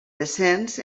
descens